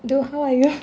dou how are you